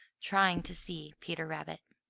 trying to see peter rabbit.